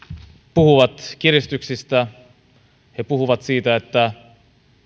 puhuvat kiristyksistä he puhuvat siitä että